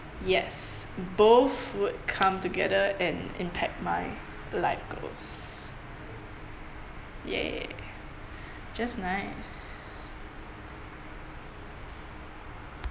yes both would come together and impact my life goals yeah just nice